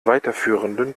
weiterführenden